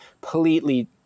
completely